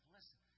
Listen